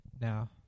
Now